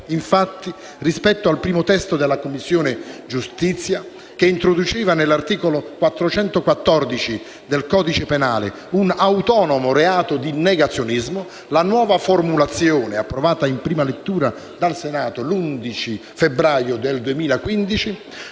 Infatti, rispetto al primo testo della Commissione giustizia, che introduceva nell'articolo 414 del codice penale un autonomo reato di negazionismo, la nuova formulazione, approvata in prima lettura dal Senato l'11 febbraio 2015,